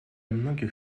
многих